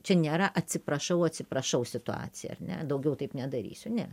čia nėra atsiprašau atsiprašau situacija ar ne daugiau taip nedarysiu ne